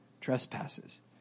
trespasses